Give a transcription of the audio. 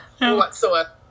whatsoever